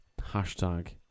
hashtag